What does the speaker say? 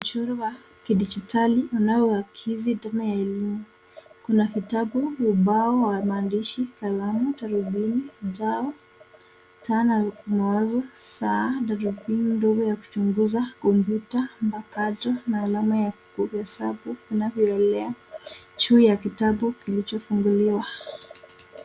Mchoro wa kidigitali unaoakizi dhana ya elimu. Kuna vitabu, ubao wa maandishi, kalamu, darubini, utao, taa na mawazo, saa, darubini ndogo ya kuchunguza, kompyuta mpakato na alama ya kuhesabu unavyoelea juu ya kitabu kilichofunguliwa.